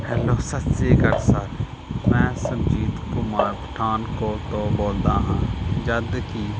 hello Sat Sri Akal sir ਮੈਂ ਸੁਰਜੀਤ ਕੁਮਾਰ ਪਠਾਨਕੋਟ ਤੋਂ ਬੋਲਦਾ ਹਾਂ ਜਦ ਕਿ